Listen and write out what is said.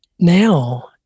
now